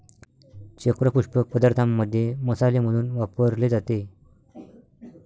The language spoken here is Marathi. चक्र पुष्प पदार्थांमध्ये मसाले म्हणून वापरले जाते